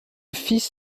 fils